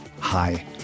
Hi